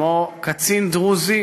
כמו קצין דרוזי,